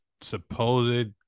supposed